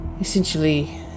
essentially